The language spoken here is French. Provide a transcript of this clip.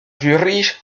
zurich